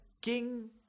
king